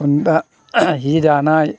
जि दानाय